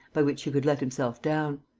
by which he could let himself down.